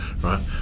right